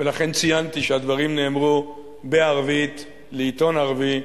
ולכן ציינתי שהדברים נאמרו בערבית לעיתון ערבי.